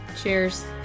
Cheers